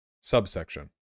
subsection